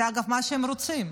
אגב, זה מה שהם רוצים.